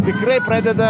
tikrai pradeda